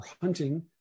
hunting